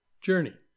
journey